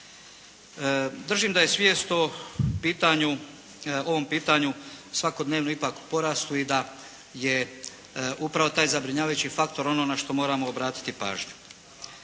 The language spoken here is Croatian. Držim da je svijest o pitanju, ovom pitanju svakodnevno ipak u porastu i da je upravo taj zabrinjavajući faktor ono na što moramo obratiti pažnju,